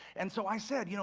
and so i said, you know